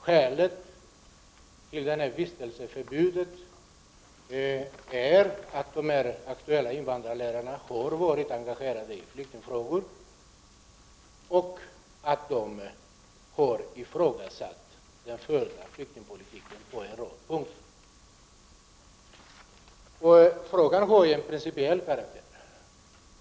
Skälet till vistelseförbudet är att de aktuella lärarna har varit engagerade i flyktingfrågor och att de har ifrågasatt den förda flyktingpolitiken på en rad punkter. Frågan har en principiell karaktär.